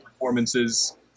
performances